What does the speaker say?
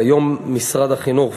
כיום משרד החינוך,